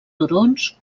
turons